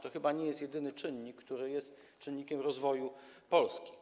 To chyba nie jest jedyny czynnik, który jest czynnikiem rozwoju Polski.